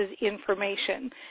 information